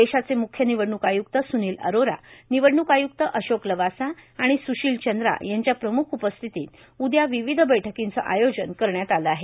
देशाचे मुख्य निवडणूक आय्क्त सुनील अरोरा निवडणूक आय्क्त अशोक लवासा आणि सुशील चंद्रा यांच्या प्रमुख उपस्थितीत उद्या विविध बैठकीचे आयोजन करण्यात आले आहे